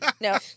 No